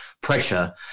pressure